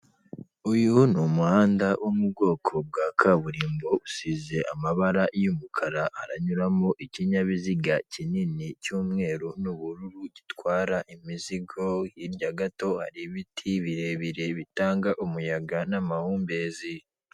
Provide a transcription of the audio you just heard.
Uyu ni umuhanda wo mu bwoko bwa kaburimbo, usize amabara y'umukara, haranyuramo ikinyabiziga kinini cy'umweru n'ubururu gitwara imizigo, hirya gato hari ibiti birebire bitanga umuyaga n'amahumbezi.